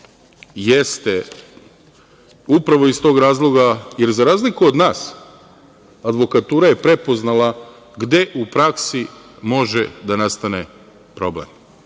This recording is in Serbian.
jeste upravo iz tog razloga, jer za razliku od nas, advokatura je prepoznala gde u praksi može da nastane problem,